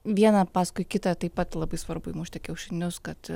viena paskui kitą taip pat labai svarbu įmušti kiaušinius kad